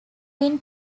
been